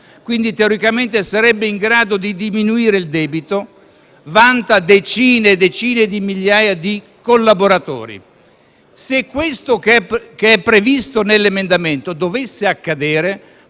(quindi teoricamente sarebbe in grado di diminuire il debito), vanta decine e decine di migliaia di collaboratori. Se quanto è previsto nell'emendamento si dovesse verificare,